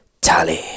tally